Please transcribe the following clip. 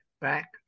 back